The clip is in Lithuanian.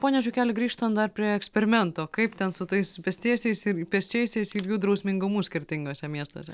pone žiukeli grįžtant dar prie eksperimento kaip ten su tais pėstiesiais ir pėsčiaisiais ir jų drausmingumu skirtinguose miestuose